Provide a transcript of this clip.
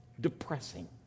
depressing